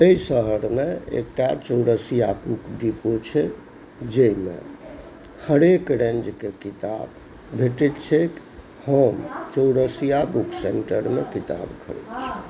एहि शहरमे एकटा चौरसिया बुक डिपो छै जाहिमे हरेक रेञ्जके किताब भेटैत छैक हम चौरसिया बुक सेन्टरमे किताब खरीदै छी